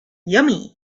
yummy